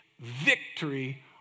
victory